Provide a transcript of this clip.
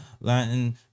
Latin